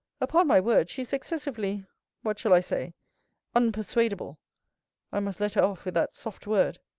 upon my word, she is excessively what shall i say unpersuadable i must let her off with that soft word.